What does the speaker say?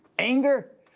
anger?